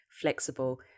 flexible